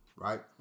Right